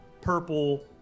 purple